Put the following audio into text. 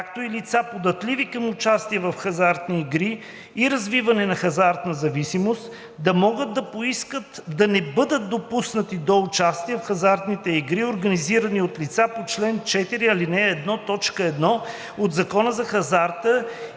както и лица, податливи към участие в хазартни игри и развиване на хазартна зависимост, ще могат да поискат да не бъдат допуснати до участие в хазартни игри, организирани от лицата по чл. 4, ал. 1, т. 1 от Закона за хазарта